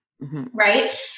Right